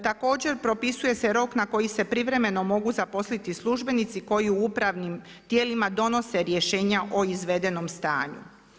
Također, propisuje se rok na koji se privremeno mogu zaposliti službenici koji u upravnim tijelima donose rješenja o izvedenom stanju.